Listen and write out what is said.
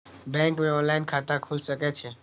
Bank में online खाता खुल सके छे?